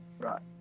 Right